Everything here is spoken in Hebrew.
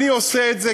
למה אני עושה את זה?